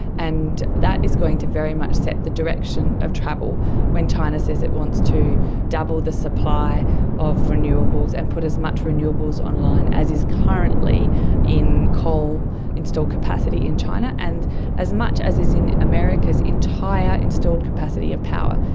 and that is going to very much set the direction of travel when china says it wants to double the supply of renewables and put as much renewables online as is currently in coal installed capacity in china, and as much as is in america's entire installed capacity of power,